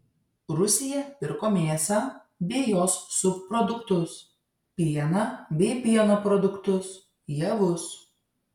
rusija pirko mėsą bei jos subproduktus pieną bei pieno produktus javus